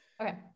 Okay